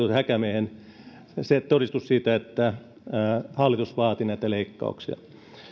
häkämiehen todistus siitä että hallitus vaati näitä leikkauksia